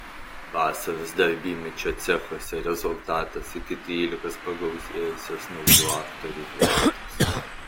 vasaros darbymečio cechuose rezultatas iki trylikos pagausėjusios naujų aktorių gretos